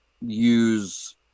use